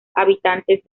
habitantes